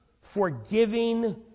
forgiving